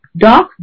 dark